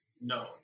no